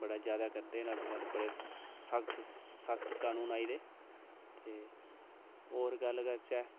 बडा जैदा करदे न अजकल बड़े सख्त कानून आई गेदे न ते होर गल्ल करचै